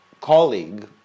colleague